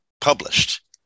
published